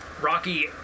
Rocky